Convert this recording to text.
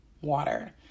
water